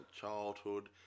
childhood